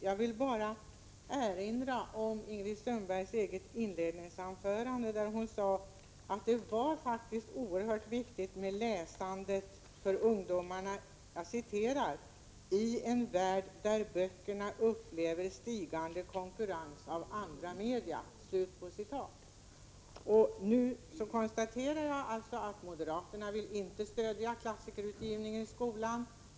Jag vill bara erinra om Ingrid Sundbergs eget inledningsanförande, där hon sade att det är oerhört viktigt med läsande för ungdomarna ”i en värld där böckerna upplever stigande konkurrens av andra media”. Nu konstaterar jag att moderaterna inte vill stödja klassikerutgivningen vad gäller skolan.